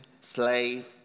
slave